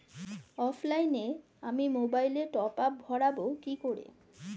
অফলাইনে আমি মোবাইলে টপআপ ভরাবো কি করে?